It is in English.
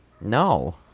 No